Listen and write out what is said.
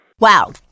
Wow